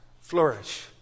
flourish